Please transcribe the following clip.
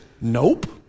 nope